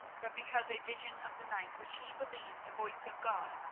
but because a vision of the night, which he believes the voice of god,